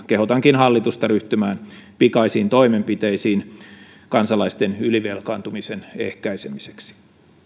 kehotankin hallitusta ryhtymään pikaisiin toimenpiteisiin kansalaisten ylivelkaantumisen ehkäisemiseksi